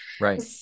Right